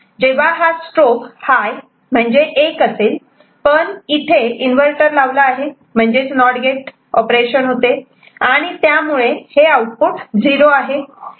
जेव्हा strobe high म्हणजे 1 असेल पण इथे इन्व्हर्टर लावला आहे म्हणजेच नोट नोट ऑपरेशन होते आणि त्यामुळे हे आउटपुट 0 आहे